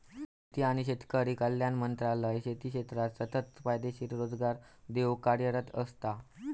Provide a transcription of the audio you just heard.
शेती आणि शेतकरी कल्याण मंत्रालय शेती क्षेत्राक सतत फायदेशीर रोजगार देऊक कार्यरत असता